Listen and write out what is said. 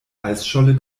eisscholle